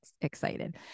excited